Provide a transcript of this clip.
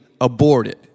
aborted